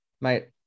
Mate